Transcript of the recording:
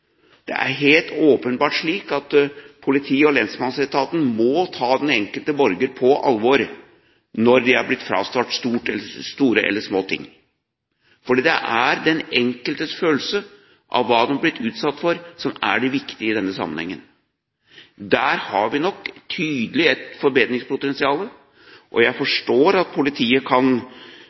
Det er helt åpenbart slik at politi- og lensmannsetaten må ta den enkelte borger på alvor når de har blitt frastjålet store eller små ting, fordi det er den enkeltes følelse av hva de har blitt utsatt for, som er det viktige i denne sammenhengen. Der har vi nok tydelig et forbedringspotensial. Jeg forstår at politiet i en stresset hverdag kan